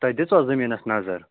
تۄہہِ دِژوا زٔمیٖنَس نَظر